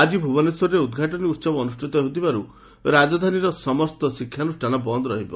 ଆକି ଭୁବନେଶ୍ୱରରେ ଉଦ୍ଘାଟନୀ ଉହବ ଅନୁଷ୍ଷିତ ହେଉଥିବାରୁ ରାଜଧାନୀର ସମସ୍ତ ଶିକ୍ଷାନୁଷ୍ଠାନ ବନ୍ଦ ରହିବ